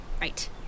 right